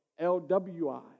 LWI